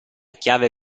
chiave